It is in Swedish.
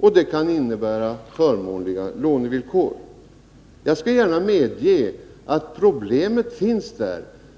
och det kan innebära förmånligare lånevillkor. Jag skall gärna medge att problemet finns där.